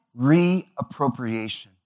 reappropriation